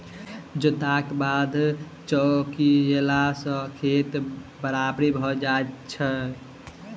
जोतलाक बाद चौकियेला सॅ खेत बराबरि भ जाइत छै